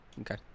Okay